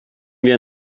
wir